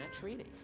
treaty